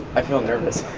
i feel nervous